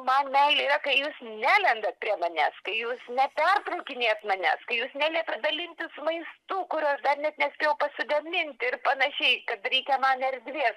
man meilė yra kai jūs nelendat prie manęs kai jūs nepertraukinėjat manęs kai jūs neliepiat dalintis maistu kurio aš dar net nespėjau pasigaminti ir panašiai kad reikia man erdvės